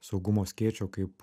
saugumo skėčio kaip